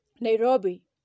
Nairobi